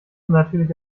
natürlich